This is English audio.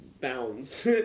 bounds